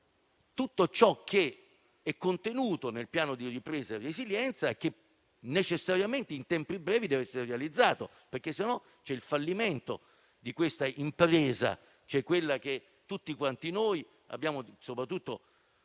tutto ciò che è contenuto nel Piano di ripresa e resilienza, che necessariamente, in tempi brevi, deve essere realizzato. Altrimenti c'è il fallimento di questa impresa, quella in cui tutti noi crediamo, soprattutto